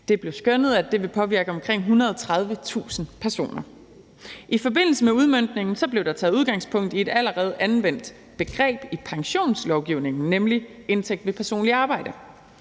Det blev skønnet, at det vil påvirke omkring 130.000 personer. I forbindelse med udmøntningen blev der taget udgangspunkt i et allerede anvendt begreb i pensionslovgivningen, nemlig indtægt ved personligt arbejde.